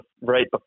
right